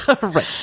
Right